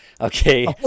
Okay